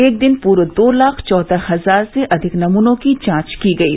एक दिन पूर्व दो लाख चौदह हजार से अधिक नमूनों की जांच की गयी